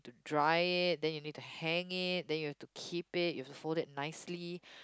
dry it then you need to hang it then you have to keep it you have to fold it nicely